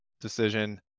decision